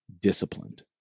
disciplined